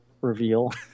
reveal